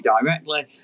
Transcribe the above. directly